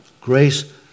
Grace